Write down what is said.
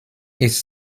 ist